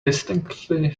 distinctly